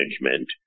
management